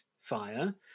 fire